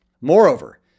Moreover